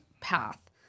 path